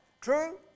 True